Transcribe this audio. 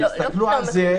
אבל שיסתכלו על זה כל שבוע.